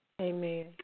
Amen